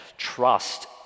trust